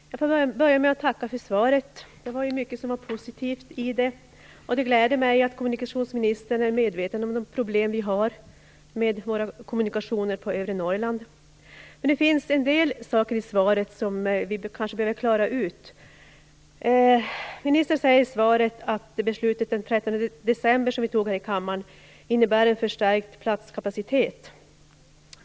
Herr talman! Jag får börja med att tacka för svaret. Det var mycket som var positivt i det, och det gläder mig att kommunikationsministern är medveten om de problem vi har med våra kommunikationer på övre Norrland. Det finns en del saker i svaret som vi kanske behöver klara ut. Ministern säger i svaret att det beslut vi fattade här i kammaren den 13 december innebär en förstärkt platskapacitet.